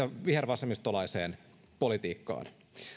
vihervasemmistolaiseen politiikkaan